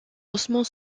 ossements